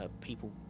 people